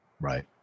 Right